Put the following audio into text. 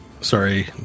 sorry